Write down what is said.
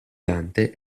dante